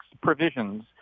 provisions